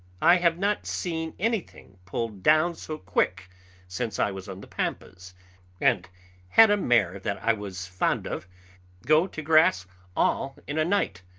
i have not seen anything pulled down so quick since i was on the pampas and had a mare that i was fond of go to grass all in a night.